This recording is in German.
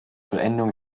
vollendung